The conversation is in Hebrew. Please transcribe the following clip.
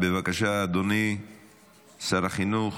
בבקשה, אדוני שר החינוך.